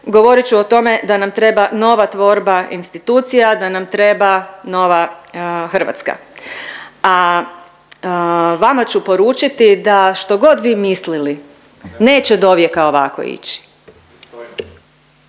govorit ću o tome da nam treba nova tvorba institucija, da nam treba nova Hrvatska. A vama ću poručiti da što god vi mislili neće dovijeka ovako ići.